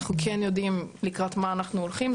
אנחנו כן יודעים לקראת מה אנחנו הולכים.